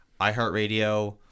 iHeartRadio